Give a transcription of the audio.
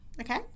Okay